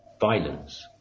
violence